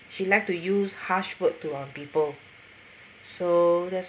she like to use harsh word to on people so that's